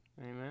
Amen